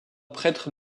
prêtre